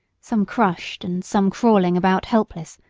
some crushed and some crawling about helpless,